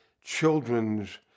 children's